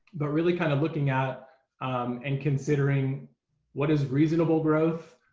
but really kind of looking at and considering what is reasonable growth?